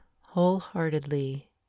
wholeheartedly